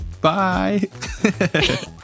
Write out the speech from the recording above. Bye